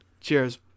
Cheers